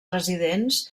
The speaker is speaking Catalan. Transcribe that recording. residents